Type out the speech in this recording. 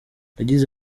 yagize